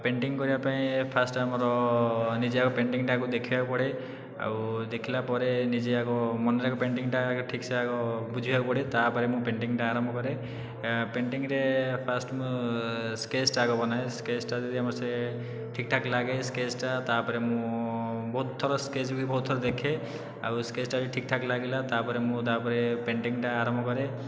painting କରିବା ପାଇଁ first ଆମର ନିଜେ ଆଗେ ପେଣ୍ଟିଂଟାକୁ ଦେଖିବାକୁ ପଡ଼େ ଓ ଦେଖିଲା ପରେ ନିଜେ ଆଗ ମନରେ ଆଗ ପେଣ୍ଟିଂଟା ଠିକ୍ସେ ଆଗ ବୁଝିବାକୁ ପଡ଼େ ତାପରେ ମୁଁ ପେଣ୍ଟିଂଟା ଆରମ୍ଭ କରେ ପେଣ୍ଟିଂରେ ଫାଷ୍ଟ ମୁଁ ସ୍କେଚଟା ଆଗ ବନାଏ ସ୍କେଚଟା ଯଦି ଆମର ସେ ଠିକ୍ ଠାକ୍ ଲାଗେ ସ୍କେଚଟା ତା'ପରେ ମୁଁ ବହୁତ ଥର ସ୍କେଚ ବି ବହୁତ ଥର ଦେଖେ ଆଉ ସ୍କେଚଟା ଯଦି ଠିକ୍ ଠାକ୍ ଲାଗିଲା ତାପରେ ମୁଁ ତା'ପରେ ପେଣ୍ଟିଂଟା ଆରମ୍ଭ କରେ